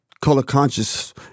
color-conscious